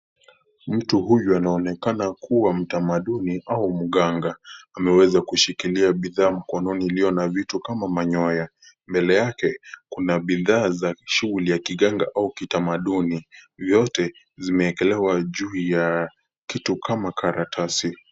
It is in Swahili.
Mtu huyu anaonekana kuwa mtamaduni au mganga. Ameweza kushikilia bidhaa mkononi iliyo na vitu kama manyoya. Mbele yake kuna bidhaa za shughuli ya kiganga au kitamaduni. Vyote zimeekelewa juu ya kitu kama karatasi.